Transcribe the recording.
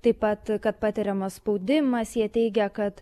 taip pat kad patiriamas spaudimas jie teigia kad